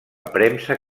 premsa